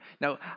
Now